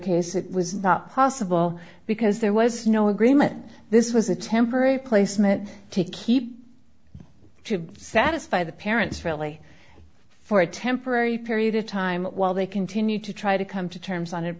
case it was not possible because there was no agreement this was a temporary placement to keep to satisfy the parents fairly for a temporary period of time while they continue to try to come to terms on